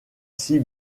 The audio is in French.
sea